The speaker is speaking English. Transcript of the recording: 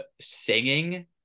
singing